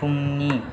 फुंनि